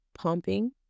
pumping